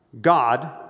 God